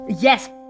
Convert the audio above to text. Yes